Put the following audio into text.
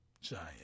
giant